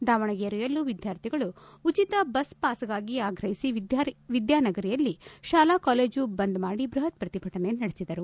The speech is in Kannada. ದಾವಣಗೆರೆಯಲ್ಲೂ ವಿದ್ಯಾರ್ಥಿಗಳು ಉಚಿತ ಬಸ್ಪಾಸ್ಗಾಗಿ ಆಗ್ರಹಿಸಿ ವಿದ್ಯಾನಗರಿಯಲ್ಲಿ ಶಾಲಾ ಕಾಲೇಜು ಬಂದ್ ಮಾಡಿ ಬೃಹತ್ ಪ್ರತಿಭಟನೆ ನಡೆಸಿದರು